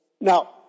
Now